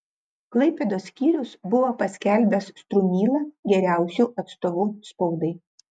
klaipėdos skyrius buvo paskelbęs strumylą geriausiu atstovu spaudai